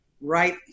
right